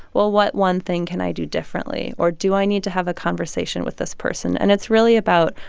well, what one thing can i do differently? or do i need to have a conversation with this person? and it's really about,